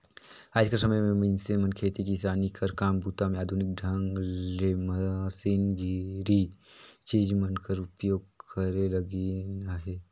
आएज कर समे मे मइनसे मन खेती किसानी कर काम बूता मे आधुनिक ढंग ले मसीनरी चीज मन कर उपियोग करे लगिन अहे